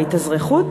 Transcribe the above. בהתאזרחות,